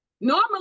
Normally